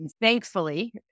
Thankfully